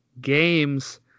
games